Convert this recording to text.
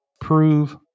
Prove